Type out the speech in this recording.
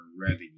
revenue